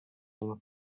and